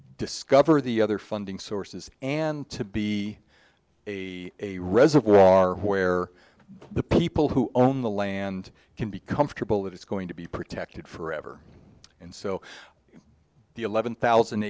discovered the other funding sources and to be a reservoir where the people who own the land can be comfortable that it's going to be protected forever and so the eleven thousand